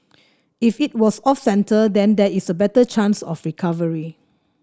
if it was off centre then there is a better chance of recovery